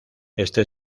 este